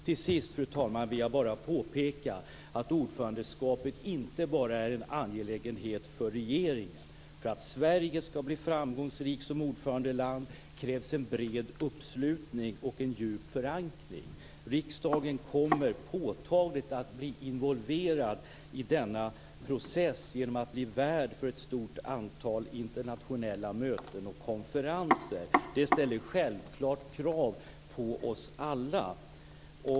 Till sist, fru talman, vill jag bara påpeka att ordförandeskapet inte bara är en angelägenhet för regeringen. För att Sverige skall bli framgångsrikt som ordförandeland krävs en bred uppslutning och en djup förankring. Riksdagen kommer påtagligt att bli involverad i denna process genom att bli värd för ett stort antal internationella möten och konferenser. Det ställer självklart krav på oss alla.